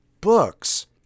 books